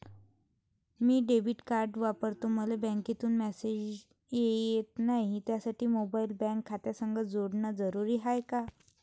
मी debit card वापरतो मले बँकेतून मॅसेज येत नाही, त्यासाठी मोबाईल बँक खात्यासंग जोडनं जरुरी हाय का?